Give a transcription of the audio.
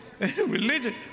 religion